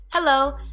Hello